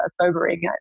sobering